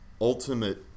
ultimate